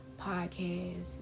podcast